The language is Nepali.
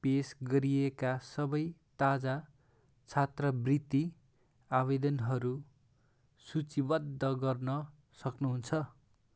पेस गरिएका सबै ताजा छात्रवृत्ति आवेदनहरू सूचीबद्ध गर्न सक्नुहुन्छ